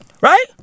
Right